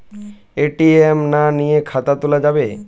ATM না নিয়ে খাতা খোলা যাবে?